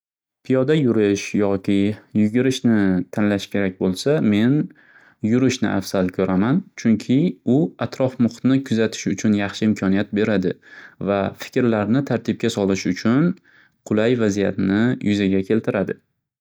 Piyoda yurish yoki yugurishni tanlash kerak bo'lsa men yurishni afsal ko'raman chunki u atrof muhitni kuzatish uchun yaxshi imkoniyat beradi va fikrlarni tartibga solish uchun qulay vaziyatni yuzaga keltiradi.